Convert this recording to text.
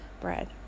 bread